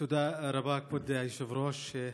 תודה רבה, כבוד היושב-ראש.